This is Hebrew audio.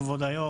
כבוד היו"ר,